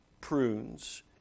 prunes